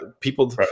people –